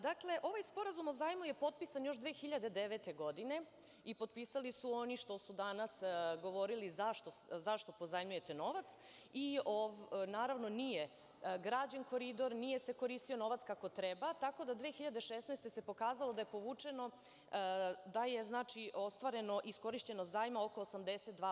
Dakle, ovaj sporazum o zajmu je potpisan još 2009. godine i potpisali su oni što su danas govorili zašto pozajmljujete novac, i naravno nije građen Koridor, nije se koristio novac kako treba, tako da 2016. godine se pokazalo da je povučeno, da je znači ostvareno iskorišćeno zajma oko 82%